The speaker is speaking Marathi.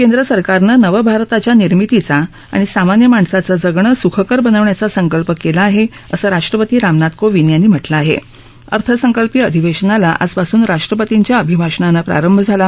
केंद्र सरकारननिवभारताच्या निर्मितीचा आणि सामान्य माणसाचनिगणकुखकर बनवण्याचा सक्किप कला आहअस राष्ट्रपती रामनाथ कोविद्याती म्हटलआहअर्थसक्लिपीय अधिवध्काला आजपासून राष्ट्रपतींच्या अभिभाषणान प्राधि झाला